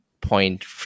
point